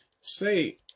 say